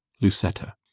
lucetta